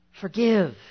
forgive